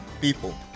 people